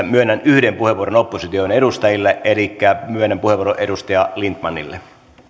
myönnän yhden puheenvuoron opposition edustajille elikkä myönnän puheenvuoron edustaja lindtmanille